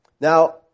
now